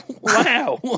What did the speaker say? Wow